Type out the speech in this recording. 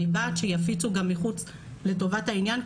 אני בעד שיפיצו גם מחוץ לטובת העניין,